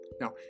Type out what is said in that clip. Now